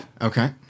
Okay